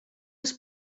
els